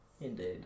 Indeed